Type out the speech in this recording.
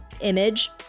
image